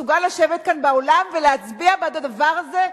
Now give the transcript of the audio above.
מסוגל לשבת כאן באולם ולהצביע בעד הדבר הזה,